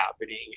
happening